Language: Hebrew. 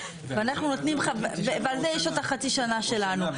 ואנחנו נותנים, ועל זה יש לו את חצי השנה שלנו.